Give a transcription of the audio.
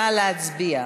נא להצביע.